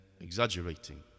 exaggerating